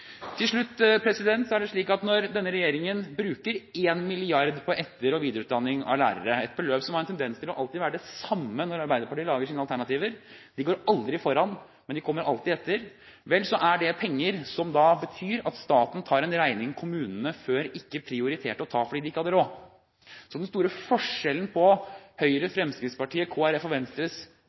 Til slutt: Når denne regjeringen bruker 1 mrd. kr på etter- og videreutdanning av lærere, et beløp som har en tendens til alltid å være det samme når Arbeiderpartiet lager sine alternativer – de går aldri foran, de kommer alltid etter – vel, så tar staten en regning som kommunene før ikke prioriterte å ta, fordi de ikke hadde råd. Den store forskjellen med hensyn til Høyre, Fremskrittspartiet, Kristelig Folkeparti og Venstres